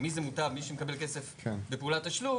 שהוא מי שמקבל כסף בפעולת תשלום